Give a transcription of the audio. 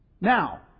Now